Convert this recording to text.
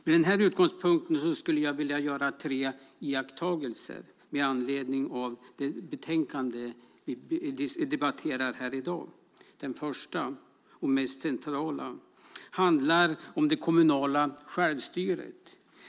Med den här utgångspunkten skulle jag vilja göra tre iakttagelser med anledning av det betänkande vi debatterar här i dag. Den första och mest centrala handlar om det kommunala självstyret.